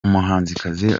umuhanzikazi